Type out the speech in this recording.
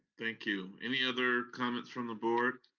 thank you. any other comments from the board?